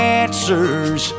answers